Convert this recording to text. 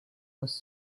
was